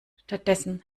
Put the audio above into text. stattdessen